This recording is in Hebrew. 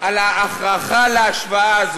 על ההכרחה להשוואה הזאת,